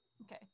Okay